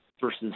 versus